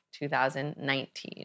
2019